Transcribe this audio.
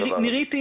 אבל נירית היא